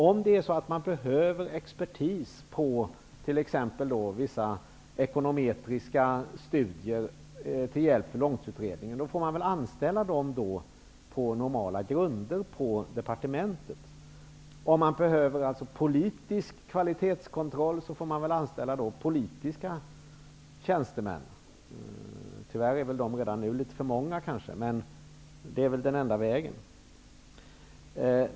Om det behövs expertis för vissa ekonomometriska studier till hjälp för långtidsutredningen, får de ju anställas på normala grunder på departementet. Om det behövs politisk kvalitetskontroll, får politiska tjänstemän anställas. Tyvärr är de väl redan nu för många, men det är väl det enda sättet.